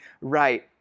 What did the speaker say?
right